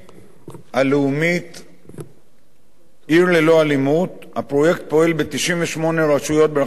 הלאומית "עיר ללא אלימות" הפרויקט פועל ב-98 רשויות ברחבי הארץ,